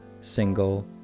single